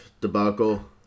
debacle